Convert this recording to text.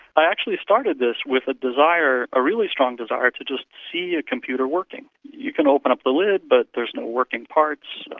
i actually started this with ah a really strong desire to just see a computer working. you can open up the lid but there's no working parts,